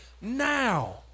now